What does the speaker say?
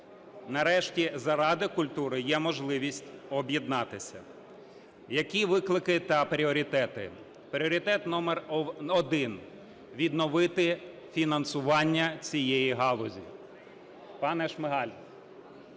Нарешті заради культури є можливість об'єднатися. Які виклики та пріоритети? Пріоритет номер один: відновити фінансування цієї галузі.